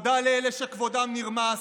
תודה לאלה שכבודם נרמס,